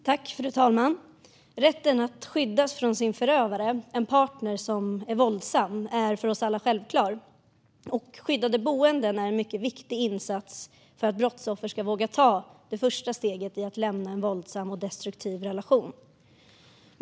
Fru talman! Rätten att skyddas från sin förövare, en partner som är våldsam, är självklar för oss alla, och skyddade boenden är en mycket viktig insats för att brottsoffer ska våga ta det första steget för att lämna en våldsam och destruktiv relation.